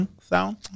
sound